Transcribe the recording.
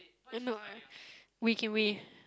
don't know eh Wee Kim Wee